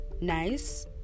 nice